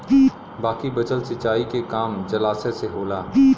बाकी बचल सिंचाई के काम जलाशय से होला